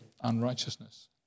unrighteousness